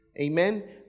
Amen